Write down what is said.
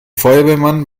feuerwehrmann